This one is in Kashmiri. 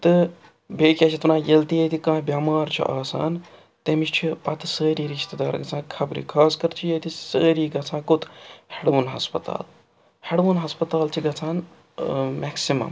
تہٕ بیٚیہِ کیٛاہ چھِ اَتھ وَنان ییٚلہِ تہِ ییٚتہِ کانٛہہ بٮ۪مار چھُ آسان تٔمِس چھِ پَتہٕ سٲری رِشتہٕ دار گَژھان خبرٕ خاص کَر چھِ ییٚتہِ سٲری گَژھان کوٚت ہٮ۪ڈوُن ہَسپَتال ہٮ۪ڈوُن ہَسپَتال چھِ گَژھان مٮ۪کسِمَم